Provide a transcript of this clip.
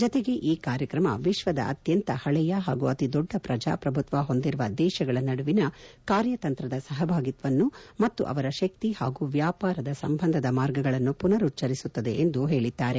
ಜತೆಗೆ ಈ ಕಾರ್ಯಕ್ರಮ ವಿಶ್ವದ ಅತ್ಯಂತ ಪಳೆಯ ಹಾಗೂ ಅತಿದೊಡ್ಡ ಪ್ರಜಾಪ್ರಭುತ್ವ ಹೊಂದಿರುವ ದೇಶಗಳ ನಡುವಿನ ಕಾರ್ಯತಂತ್ರದ ಸಹಭಾಗಿತ್ವವನ್ನು ಮತ್ತು ಅವರ ಶಕ್ತಿ ಹಾಗೂ ವ್ಯಾಪಾರದ ಸಂಬಂಧದ ಮಾರ್ಗಗಳನ್ನು ಪುನರುಚ್ಚರಿಸುತ್ತದೆ ಎಂದು ಹೇಳಿದ್ದಾರೆ